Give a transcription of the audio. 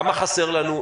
כמה חסר לנו,